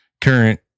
current